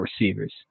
receivers